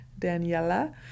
Daniela